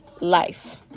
life